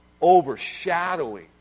overshadowing